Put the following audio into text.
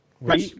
right